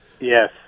Yes